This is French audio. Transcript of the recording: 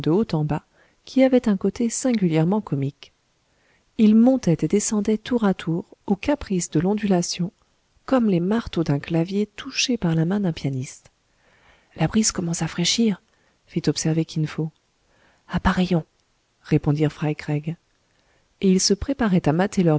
haut en bas qui avait un côté singulièrement comique ils montaient et descendaient tour à tour au caprice de l'ondulation comme les marteaux d'un clavier touché par la main d'un pianiste la brise commence à fraîchir fit observer kin fo appareillons répondirent fry craig et ils se préparaient à